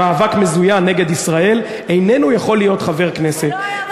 במאבק מזוין נגד ישראל איננו יכול להיות חבר כנסת,